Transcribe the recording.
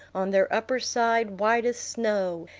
on their upper side white as snow,